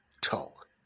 talk